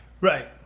Right